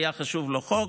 היה חשוב לו חוק,